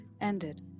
ended